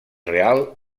real